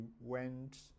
went